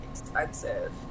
expensive